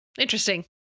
Interesting